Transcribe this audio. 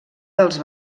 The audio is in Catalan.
dels